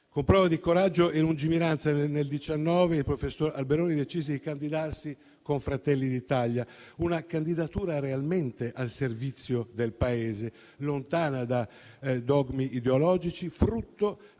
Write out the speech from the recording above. Con prova di coraggio e lungimiranza, nel 2019 il professor Alberoni decise di candidarsi con Fratelli d'Italia; una candidatura realmente al servizio del Paese, lontana da dogmi ideologici, frutto